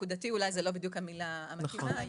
אולי "נקודתי" היא לא המילה המתאימה,